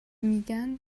میگن